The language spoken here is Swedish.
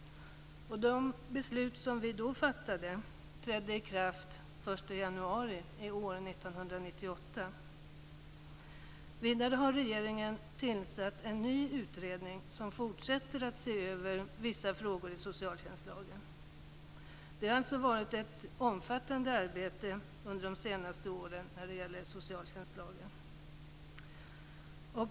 De beslut som vi då fattade trädde i kraft den 1 januari 1998. Vidare har regeringen tillsatt en ny utredning som fortsätter att se över vissa frågor i socialtjänstlagen. Det har alltså varit ett omfattande arbete under de senaste åren när det gäller socialtjänstlagen.